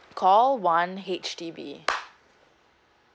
call one H_D_B